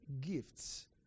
gifts